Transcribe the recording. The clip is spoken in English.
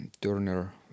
turner